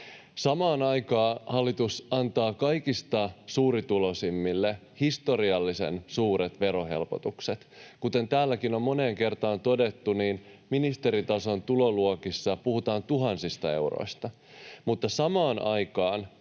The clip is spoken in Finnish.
Samaan aikaan hallitus antaa kaikista suurituloisimmille historiallisen suuret verohelpotukset. Kuten täälläkin on moneen kertaan todettu, ministeritason tuloluokissa puhutaan tuhansista euroista, mutta samaan aikaan